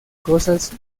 cosas